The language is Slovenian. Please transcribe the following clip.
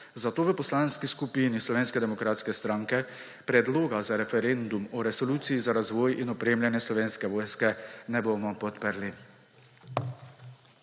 zato v Poslanski skupini Slovenske demokratske stranke predloga za referendum o resoluciji za razvoj in opremljanje Slovenske vojske ne bomo podprli.